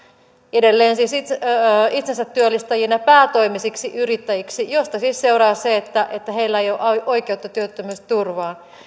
edelleen siis itsensätyöllistäjinä päätoimisiksi yrittäjiksi mistä siis seuraa se että että heillä ei ole oikeutta työttömyysturvaan